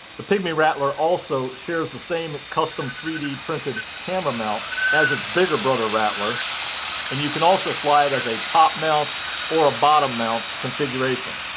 the pygmy rattler also shares the same custom three d printed camera mount as its bigger brother rattler and you can also fly it as a top mount or a bottom mount configuration.